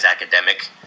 academic